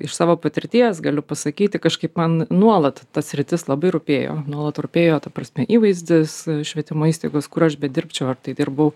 iš savo patirties galiu pasakyti kažkaip man nuolat ta sritis labai rūpėjo nuolat rūpėjo ta prasme įvaizdis švietimo įstaigos kur aš bedirbčiau ar tai dirbau